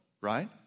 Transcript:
right